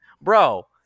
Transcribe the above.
Bro